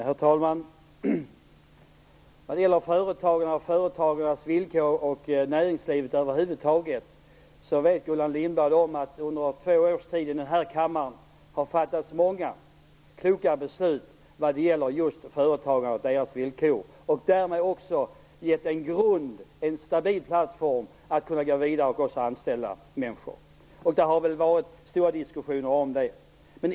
Herr talman! Vad gäller just företagarna och deras villkor samt näringslivet över huvud taget vet Gullan Lindblad att det under två års tid har fattats många kloka beslut i denna kammare. Därmed har en stabil plattform skapats för att gå vidare och även anställa folk. Det har ju varit omfattande diskussioner om det.